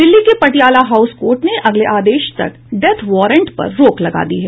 दिल्ली की Patiala house court ने अगले आदेश तक डेथ वारंट पर रोक लगा दी है